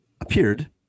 appeared